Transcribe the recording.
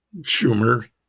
Schumer